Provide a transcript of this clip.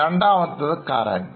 രണ്ടാമത്തേത് കറണ്ട്